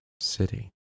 city